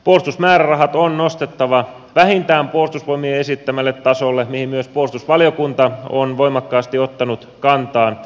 puolustusmäärärahat on nostettava vähintään puolustusvoimien esittämälle tasolle mihin myös puolustusvaliokunta on voimakkaasti ottanut kantaa